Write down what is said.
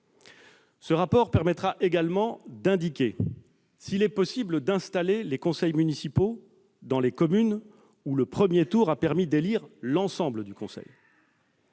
ce rapport indiquera s'il est possible d'installer les conseils municipaux dans les communes où le premier tour a permis d'élire l'ensemble du conseil.